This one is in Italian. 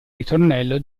ritornello